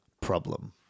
problem